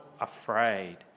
afraid